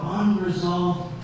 unresolved